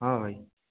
ହଁ ଭାଇ